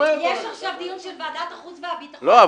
יש עכשיו דיון של ועדת החוץ והביטחון --- לא,